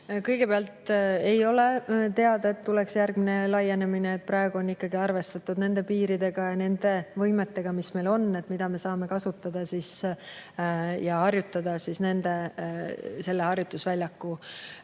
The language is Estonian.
Kõigepealt, ei ole teada, et tuleks järgmine laienemine. Praegu on ikkagi arvestatud nende piiridega ja nende võimetega, mis meil on ja mida me saame kasutada, ning harjutada selle harjutusväljaku